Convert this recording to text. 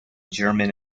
german